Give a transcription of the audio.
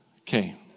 Okay